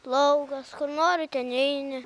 laukas kur nori ten eini